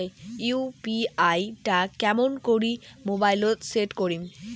UPI টা কেমন করি মোবাইলত সেট করিম?